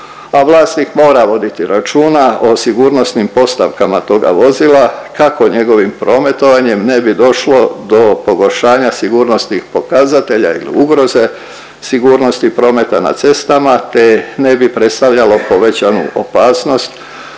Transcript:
a vlasnik mora voditi računa o sigurnosnim postavkama toga vozila kako njegovim prometovanjem ne bi došlo do pogoršanja sigurnosti pokazatelja ugroze sigurnosti prometa na cestama te ne bi predstavljalo povećanu opasnost